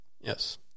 Yes